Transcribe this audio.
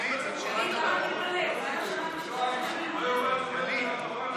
אצלי זה קריאה ראשונה, שנייה, שלישית, החוצה.